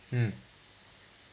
mm